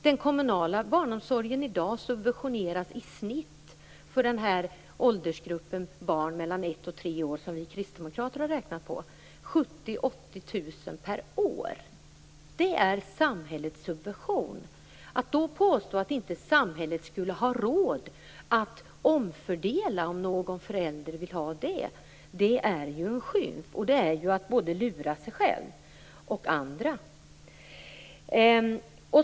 Den kommunala barnomsorgen subventioneras i dag för barn i åldersgruppen mellan ett och tre år, som vi kristdemokrater har räknat på, med i snitt 70 000-80 000 kr per år. Det är samhällets subvention. Att då påstå att samhället inte skulle ha råd att omfördela om någon förälder vill ha det är ju en skymf. Det är att lura både sig själv och andra.